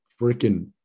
freaking